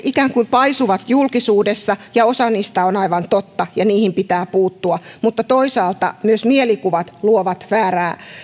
ikään kuin paisuvat julkisuudessa osa niistä on aivan totta ja niihin pitää puuttua mutta toisaalta myös mielikuvat luovat väärää